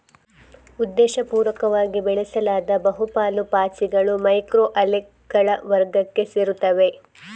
ಉದ್ದೇಶಪೂರ್ವಕವಾಗಿ ಬೆಳೆಸಲಾದ ಬಹು ಪಾಲು ಪಾಚಿಗಳು ಮೈಕ್ರೊ ಅಲ್ಗೇಗಳ ವರ್ಗಕ್ಕೆ ಸೇರುತ್ತವೆ